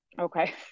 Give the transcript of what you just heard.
Okay